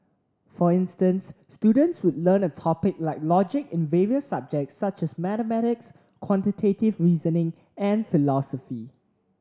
for instance students would learn a topic like logic in various subjects such as mathematics quantitative reasoning and philosophy